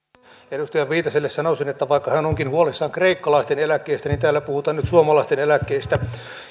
edustaja viitaselle sanoisin että vaikka hän onkin huolissaan kreikkalaisten eläkkeistä niin täällä puhutaan nyt suomalaisten eläkkeistä